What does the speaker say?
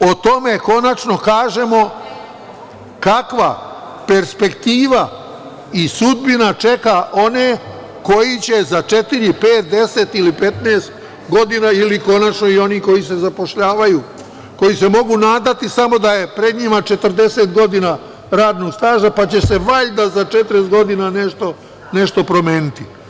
o tome konačno kažemo kakva perspektiva i sudbina čeka one koji će za četiri, pet, deset ili petnaest godina, konačno i oni koji se zapošljavaju, koji se mogu nadati samo da je pred njima 40 godina radnog staža, pa će se valjda za 40 godina nešto promeniti.